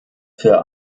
für